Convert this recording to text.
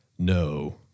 No